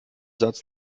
satz